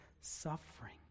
suffering